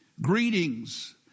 Greetings